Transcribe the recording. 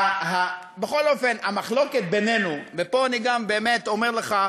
בכל אופן, המחלוקת בינינו, ופה גם אני אומר לך,